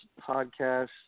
podcast